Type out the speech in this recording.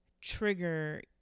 trigger